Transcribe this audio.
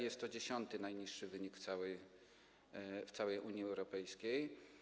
Jest to dziesiąty najniższy wynik w całej Unii Europejskiej.